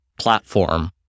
platform